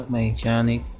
mechanic